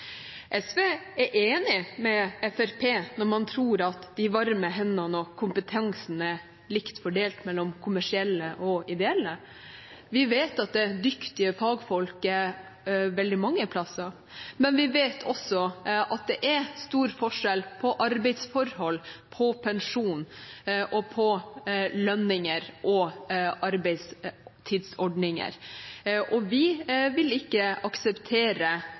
SV er enig med Fremskrittspartiet når de tror at de varme hendene og kompetansen er likt fordelt mellom kommersielle og ideelle. Vi vet at det er dyktige fagfolk veldig mange steder. Men vi vet også at det er stor forskjell i arbeidsforhold, pensjon, lønninger og arbeidstidsordninger, og vi vil ikke akseptere